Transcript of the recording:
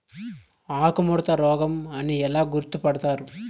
ఆకుముడత రోగం అని ఎలా గుర్తుపడతారు?